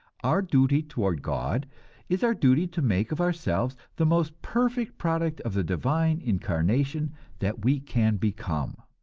our duty toward god is our duty to make of ourselves the most perfect product of the divine incarnation that we can become.